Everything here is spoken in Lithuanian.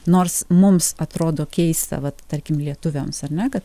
nors mums atrodo keista vat tarkim lietuviams ar ne kad